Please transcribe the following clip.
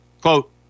Quote